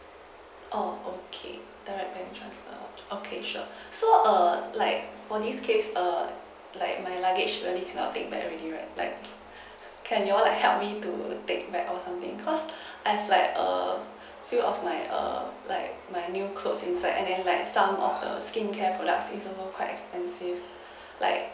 oh okay direct bank transfer okay sure so err like for this case err like my luggage already can't update by already right like can you all like help me to take back or something because I have like err few of like err like my new clothes inside and then like some of the skincare products this is all quite expensive like